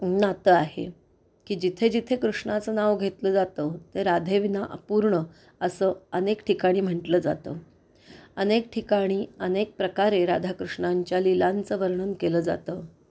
नातं आहे की जिथेजिथे कृष्णाचं नाव घेतलं जातं ते राधेविना अपूर्ण असं अनेक ठिकाणी म्हंटलं जातं अनेक ठिकाणी अनेक प्रकारे राधाकृष्णांच्या लीलांचं वर्णन केलं जातं